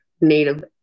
Native